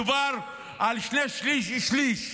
מדובר על שני שלישים ושליש.